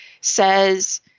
says